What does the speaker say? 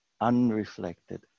unreflected